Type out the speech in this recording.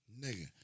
nigga